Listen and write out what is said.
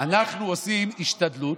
אנחנו עושים השתדלות.